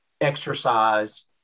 exercise